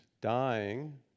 dying